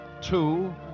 Two